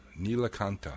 Nilakanta